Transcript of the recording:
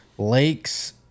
Lakes